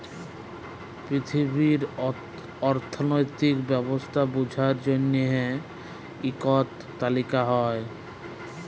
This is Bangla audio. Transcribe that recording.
পিথিবীর অথ্থলৈতিক ব্যবস্থা বুঝার জ্যনহে ইকট তালিকা হ্যয়